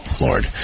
Lord